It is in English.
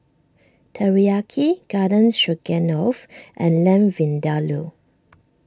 Teriyaki Garden Stroganoff and Lamb Vindaloo